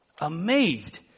amazed